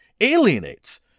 alienates